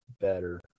better